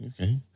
Okay